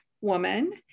woman